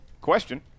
Question